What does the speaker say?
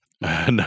No